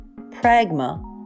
pragma